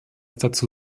dazu